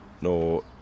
no